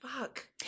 fuck